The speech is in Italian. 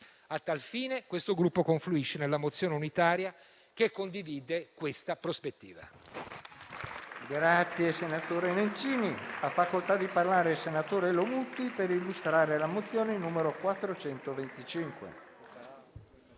A tal fine questo Gruppo confluisce nella mozione unitaria che condivide questa prospettiva.